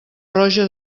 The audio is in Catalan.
roja